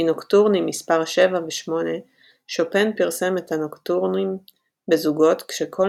מנוקטרונים מספר 7 ו-8 שופן פרסם את הנוקטורנים בזוגות כשכל